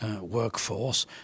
workforce